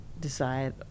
decide